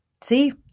see